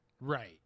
Right